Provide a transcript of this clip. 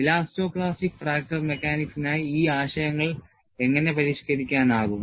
elasto plastic fracture മെക്കാനിക്സിനായി ഈ ആശയങ്ങൾ എങ്ങനെ പരിഷ്കരിക്കാനാകും